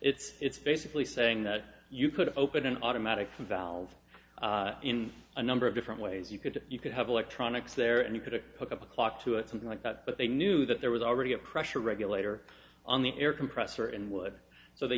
is it's basically saying that you could open an automatic from valve in a number of different ways you could you could have electronics there and you could hook up a clock to it something like that but they knew that there was already a pressure regulator on the air compressor and would so they